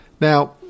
Now